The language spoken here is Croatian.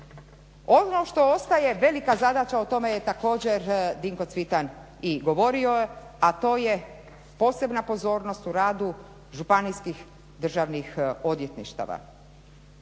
Ono što ostaje velika zadaća, o tome je također Dinko Cvitan i govorio, a to je posebna pozornost u radu županijskih državnih odvjetništava.